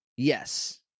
yes